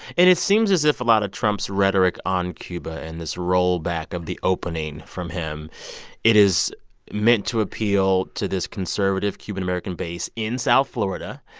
and it seems as if a lot of trump's rhetoric on cuba and this rollback of the opening from him it is meant to appeal to this conservative cuban-american base in south florida.